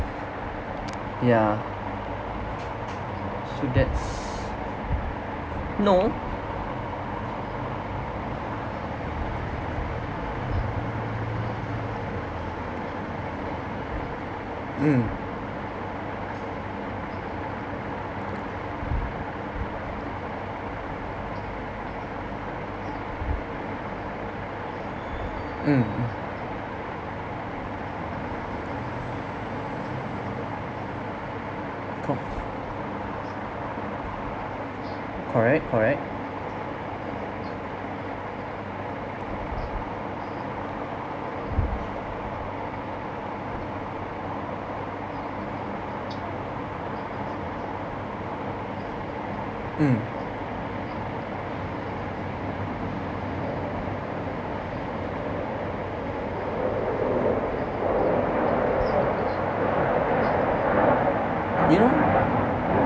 yeah so that's no mm mm cope correct correct mm you know